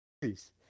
Please